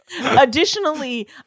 Additionally